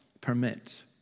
permit